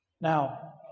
Now